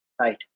Right